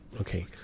Okay